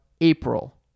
April